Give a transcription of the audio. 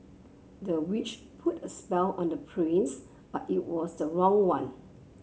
the witch put a spell on the prince but it was the wrong one